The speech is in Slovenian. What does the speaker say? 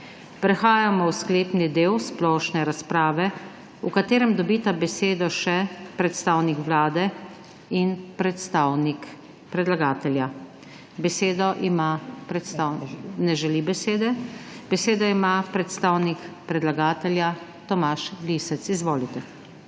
Prehajamo v sklepni del splošne razprave, v kateri dobita besedo še predstavnik Vlade in predstavnik predlagateljev. Besedo ima predstavnik predlagateljev Tomaž Lisec. **TOMAŽ